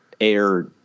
air